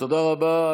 תודה רבה.